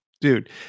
Dude